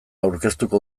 aurkeztuko